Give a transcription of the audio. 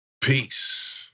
peace